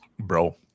Bro